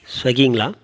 ஸ்விகிங்களா